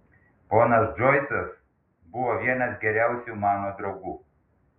ponas džoisas buvo vienas geriausių mano draugų